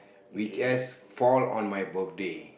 which just fall on my birthday